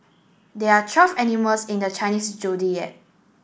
there are twelve animals in the Chinese Zodiac